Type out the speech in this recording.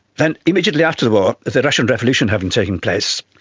then immediately after the war, the russian revolution having taken place,